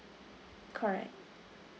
correct